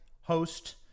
host